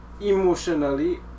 emotionally